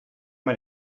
man